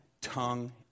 tongue